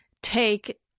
take